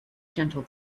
gentle